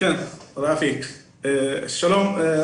שלום,